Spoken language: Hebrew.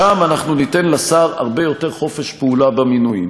שם אנחנו ניתן לשר הרבה יותר חופש פעולה במינויים,